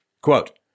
Quote